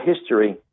history